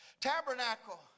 Tabernacle